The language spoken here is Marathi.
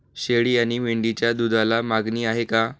शेळी आणि मेंढीच्या दूधाला मागणी आहे का?